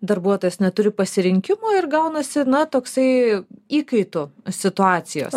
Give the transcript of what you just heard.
darbuotojas neturi pasirinkimo ir gaunasi na toksai įkaitų situacijos